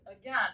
again